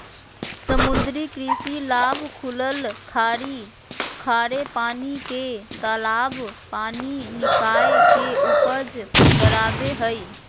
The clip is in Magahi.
समुद्री कृषि लाभ खुलल खाड़ी खारे पानी के तालाब पानी निकाय के उपज बराबे हइ